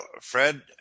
Fred